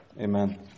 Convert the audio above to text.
Amen